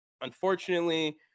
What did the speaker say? unfortunately